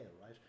right